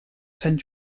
sant